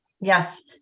yes